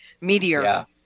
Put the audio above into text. meteor